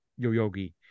Yoyogi